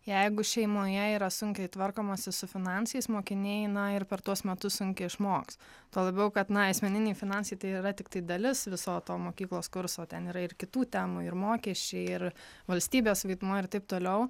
jeigu šeimoje yra sunkiai tvarkomasi su finansais mokiniai na ir per tuos metus sunkiai išmoks tuo labiau kad na asmeniniai finansai tai yra tiktai dalis viso to mokyklos kurso ten yra ir kitų temų ir mokesčiai ir valstybės vaidmuo ir taip toliau